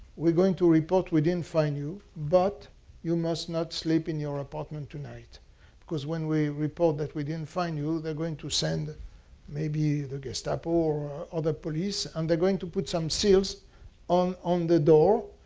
going to report we didn't find you but you must not sleep in your apartment tonight because when we report that we didn't find you, they're going to send maybe the gestapo or other police and they're going to put some seals on on the door.